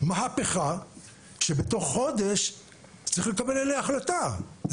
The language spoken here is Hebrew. מהפכה שבתוך חודש צריך לקבל עליה החלטה.